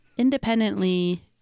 independently